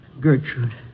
Gertrude